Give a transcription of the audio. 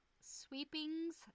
Sweeping's